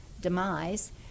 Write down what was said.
demise